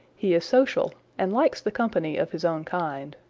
he is social and likes the company of his own kind.